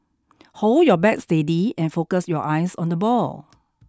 hold your bat steady and focus your eyes on the ball